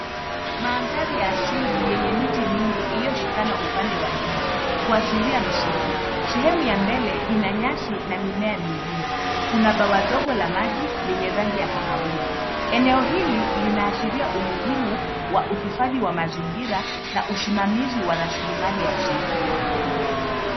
Mandhari ya asili yenye miti mingi iliyoshikana upande wa nyuma kuashiria msitu. Sehemu ya mbele ina nyasi na mimea mingine. Kuna bwawa dogo la maji yenye rangi ya kahawia. Eneo hili linaashiria umuhimu wa uhifadhi wa mazingira na usimamizi wa rasilimali ya asili.